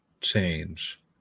Change